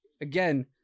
again